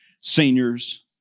seniors